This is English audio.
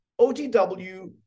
OTW